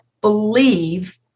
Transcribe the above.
believe